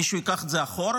מישהו ייקח את זה אחורה?